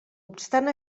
obstant